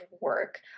work